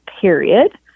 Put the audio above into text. Period